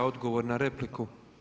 Odgovor na repliku.